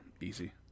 easy